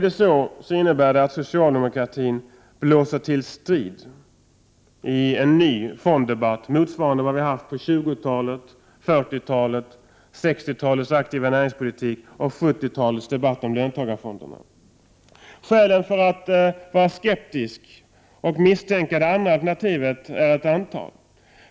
Det innebär att socialdemokratin blåser till strid i en ny fonddebatt motsvarande vad vi har haft på 20-talet, 40-talet, 60-talets aktiva näringspolitik och 70-talets debatt om löntagarfonderna. Det finns ett antal skäl för att vara skeptisk och misstänka det andra tolkningsalternativet.